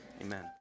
amen